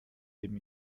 dem